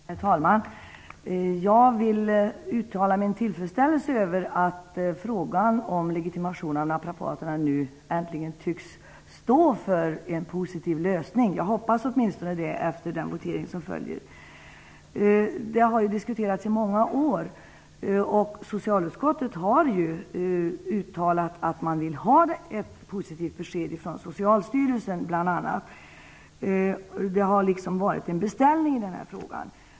Herr talman! Jag vill uttala min tillfredsställelse över att frågan om legitimation för naprapater nu äntligen tycks få en positiv lösning. Jag hoppas åtminstone det. Denna fråga har diskuterats i många år. Socialutskottet har uttalat att man vill ha ett positivt besked från bl.a. Socialstyrelsen. Det har funnits en beställning i det här sammanhanget.